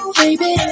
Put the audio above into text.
baby